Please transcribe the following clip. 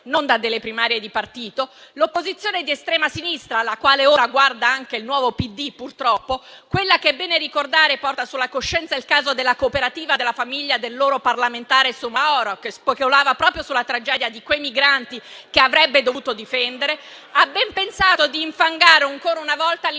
non dalle primarie di partito, l'opposizione di estrema sinistra - alla quale ora guarda anche il nuovo PD, purtroppo - quella che, è bene ricordarlo, porta sulla coscienza il caso della cooperativa della famiglia del loro parlamentare Soumahoro, che speculava proprio sulla tragedia di quei migranti che avrebbe dovuto difendere, ha ben pensato di infangare ancora una volta l'immagine